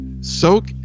Soak